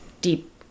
deep